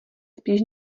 spíš